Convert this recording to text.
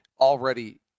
already